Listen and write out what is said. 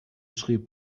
schrieb